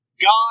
God